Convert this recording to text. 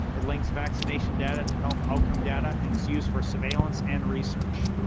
it links vaccination data to health outcome data and is used for surveillance and research.